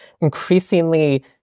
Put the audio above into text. increasingly